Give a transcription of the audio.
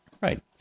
Right